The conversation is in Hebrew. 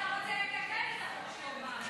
אתה רוצה לתקן את החוק כדי שיאמר את זה.